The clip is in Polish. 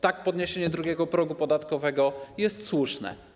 Tak, podniesienie drugiego progu podatkowego jest słuszne.